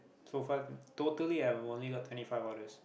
so far totally I've only got twenty five orders